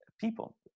people